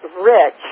rich